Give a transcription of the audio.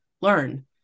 learn